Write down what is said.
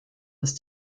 ist